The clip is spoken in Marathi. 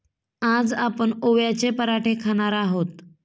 आज आपण ओव्याचे पराठे खाणार आहोत